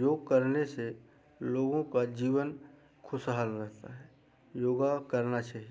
योग करने से लोगों का जीवन खुशहाल रहता है योग करना चाहिए